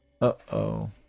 Uh-oh